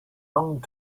long